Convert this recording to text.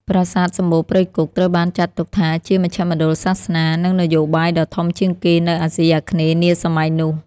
ប្រាសាទសំបូរព្រៃគុក ត្រូវបានចាត់ទុកថាជាមជ្ឈមណ្ឌលសាសនា និងនយោបាយដ៏ធំជាងគេនៅអាស៊ីអាគ្នេយ៍នាសម័យនោះ។